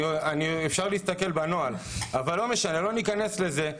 אפשר להסתכל בנוהל, אבל לא ניכנס לזה.